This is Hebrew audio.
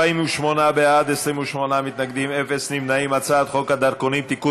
ההצעה להעביר את הצעת חוק הדרכונים (תיקון,